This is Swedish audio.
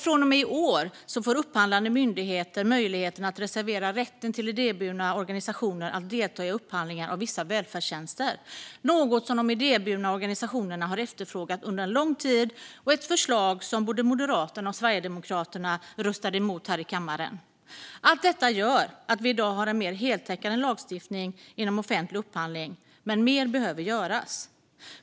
Från och med i år får upphandlande myndigheter möjlighet att reservera rätt för idéburna organisationer att delta i upphandlingar av vissa välfärdstjänster, vilket de idéburna organisationerna har efterfrågat under lång tid. Detta var ett förslag som både Moderaterna och Sverigedemokraterna röstade emot här i kammaren. Allt detta gör att vi i dag har en mer heltäckande lagstiftning inom offentlig upphandling, men mer behöver göras.